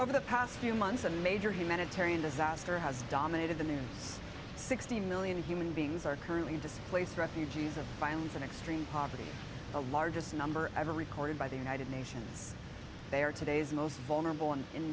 over the past few months and major humanitarian disaster has dominated the news sixty million human beings are currently displaced refugees of violence in extreme poverty the largest number ever recorded by the united nations they are today's most vulnerable and in